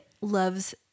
loves